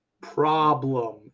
Problem